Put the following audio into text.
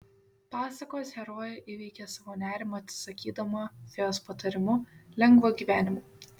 pasakos herojė įveikia savo nerimą atsisakydama fėjos patarimu lengvo gyvenimo